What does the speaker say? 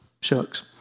shucks